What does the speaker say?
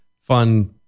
fun